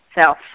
Self